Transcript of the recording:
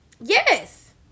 Yes